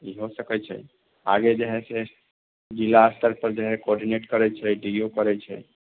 ई हो सकै छै आगे जे है से जिला स्तर पर जे है कॉर्डिनेट करै छै एस डी ओ करै छै